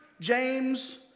James